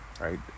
right